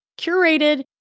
curated